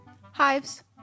Hives